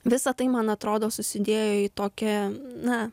visa tai man atrodo susidėjo į tokią na